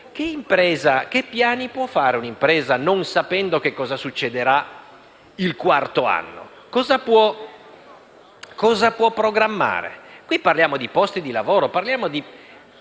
che piani può fare un'impresa non sapendo cosa succederà il quarto anno. Cosa può programmare? Stiamo parlando di posti di lavoro, di